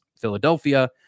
Philadelphia